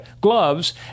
gloves